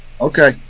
okay